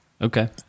Okay